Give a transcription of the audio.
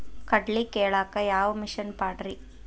ಕಡ್ಲಿ ಕೇಳಾಕ ಯಾವ ಮಿಷನ್ ಪಾಡ್ರಿ?